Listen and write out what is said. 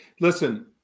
listen